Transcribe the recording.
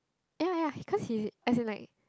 ya ya ya because he as in like